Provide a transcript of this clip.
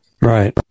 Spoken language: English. Right